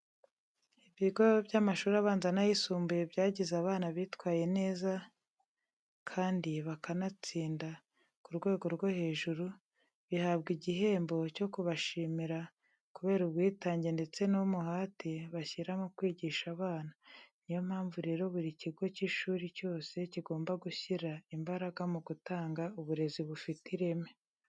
Ibigo by'amashuri abanza n'ayisumbuye byagize abana bitwaye neza kandi bakanatsinda ku rwego rwo hejuru, bihabwa igihembo cyo kubashimira kubera ubwitange ndetse n'umuhate bashyira mu kwigisha abana. Ni yo mpamvu rero buri kigo cy'ishuri cyose kigomba gushyira imbaraga mu gutanga uburezi bufite ireme.